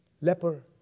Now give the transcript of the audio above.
leper